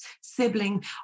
sibling